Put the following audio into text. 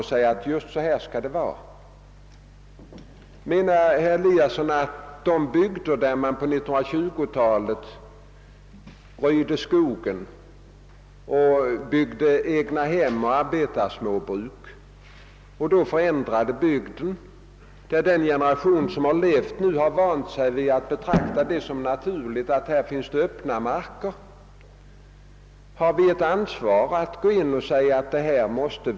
Tänker herr Eliasson på de bygder, som man på 1920-talet förändrade genom att röja skogen och bygga egnahem och arbetarsmåbruk och vilkas öppna marker en generation har vant sig att betrakta som någonting naturligt? Har vi ansvaret för att gripa in och försöka bevara dem?